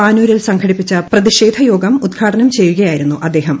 പാനൂരിൽ സംഘടിപ്പിച്ച പ്രതിഷേധ യോഗം ഉദ്ഘാടനം ചെയ്യുകയായിരുന്നു അദ്ദേഹം